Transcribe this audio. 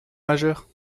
majeur